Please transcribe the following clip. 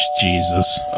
Jesus